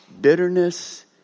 bitterness